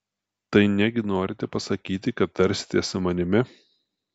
tai negi norite pasakyti kad tarsitės su manimi